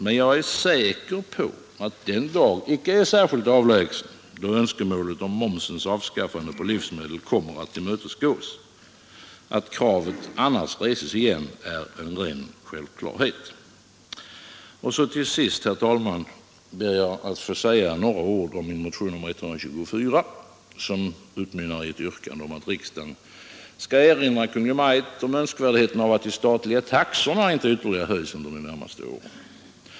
Jag är dock säker på att den dag inte är särskilt avlägsen, då önskemålet om momsens avskaffande på livsmedel kommer att tillmötesgås. Att kravet annars reses igen är en ren självklarhet. Och så till sist, herr talman, ber jag att få säga några ord om min motion nr 124, som utmynnar i ett yrkande om att riksdagen skall erinra Kungl. Maj:t om önskvärdheten av att de statliga taxorna inte ytterligare höjs under de närmaste åren.